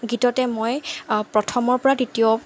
গীততে মই প্ৰথমৰপৰা তৃতীয়